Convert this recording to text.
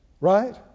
Right